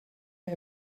mir